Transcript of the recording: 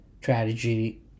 strategy